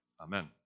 amen